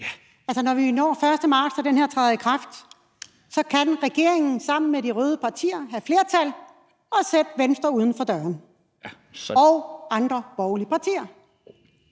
når vi når den 1. marts og den her træder i kraft, så kan regeringen sammen med de røde partier have flertal og sætte Venstre og andre borgerlige partier